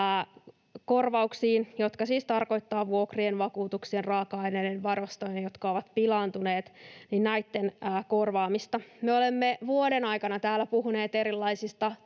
korvauksiin, jotka siis tarkoittavat vuokrien, vakuutuksien, raaka-aineiden varastojen, jotka ovat pilaantuneet, korvaamista. Me olemme vuoden aikana täällä puhuneet erilaisista